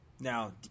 Now